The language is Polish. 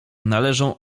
należą